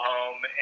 Home